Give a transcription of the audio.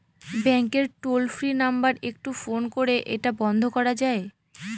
ব্যাংকের toll free number একটু phone করে এটা বন্ধ করা যায়?